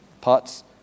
parts